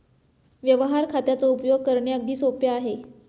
व्यवहार खात्याचा उपयोग करणे अगदी सोपे आहे